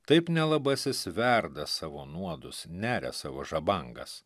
taip nelabasis verda savo nuodus neria savo žabangas